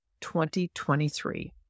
2023